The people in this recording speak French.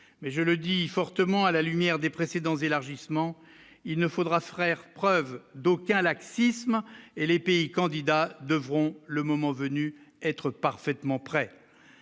mais je le dis fortement à la lumière des précédents élargissements, il ne faudra frère preuve d'aucun laxisme et les pays candidats devront, le moment venu, être parfaitement prêts,